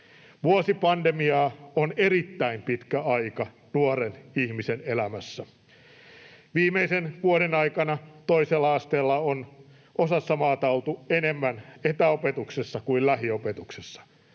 Vuosi pandemiaa on erittäin pitkä aika nuoren ihmisen elämässä. Viimeisen vuoden aikana toisella asteella on osassa maata oltu enemmän etäopetuksessa kuin lähiopetuksessa.